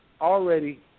already